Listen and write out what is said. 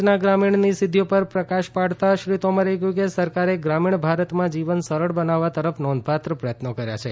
પ્રધાનમંત્રી આવાસ યોજના ગ્રામીણની સિધ્ધિઓ પર પ્રકાશ પડતાં શ્રી તોમરે કહ્યું કે સરકારે ગ્રામીણ ભારતમાં જીવન સરળ બનાવવા તરફ નોંધપાત્ર પ્રયત્નો કર્યા છે